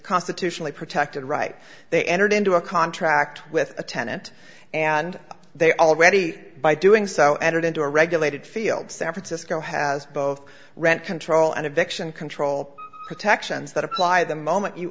constitutionally protected right they entered into a contract with a tenant and they already by doing so entered into a regulated field san francisco has both rent control and eviction control protections that apply the moment you